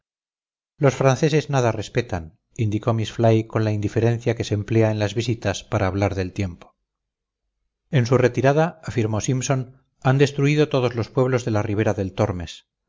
los franceses nada respetan indicó miss fly con la indiferencia que se emplea en las visitas para hablar del tiempo en su retirada afirmó simpson han destruido todos los pueblos de la ribera del tormes